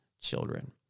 children